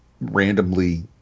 randomly